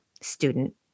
student